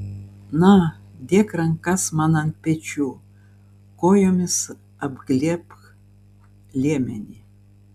na dėk rankas man ant pečių kojomis apglėbk liemenį